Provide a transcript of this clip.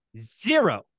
zero